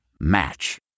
Match